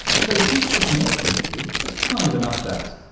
so think of this next interview as kind of an update.